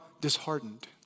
disheartened